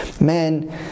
man